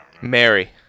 Mary